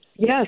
Yes